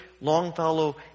Longfellow